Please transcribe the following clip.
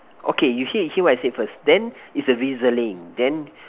okay you hear hear what I say first then it's a drizzling then